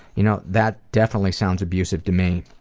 you know that definitely sounds abusive to me.